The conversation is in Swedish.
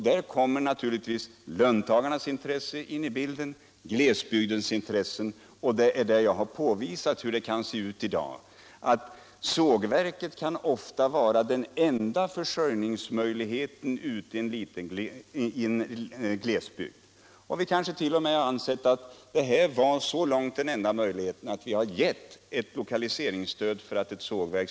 Där kommer naturligtvis också löntagarnas intressen och glesbygdens intressen av arbetstillfällen in i bilden. Jag har påvisat hur det ser ut i dag. Sågverket kan ofta vara den enda försörjningsmöjligheten ute i en glesbygd. Det kan vara anledningen till att vi en gång gett ett lokaliseringsstöd.